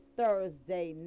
thursday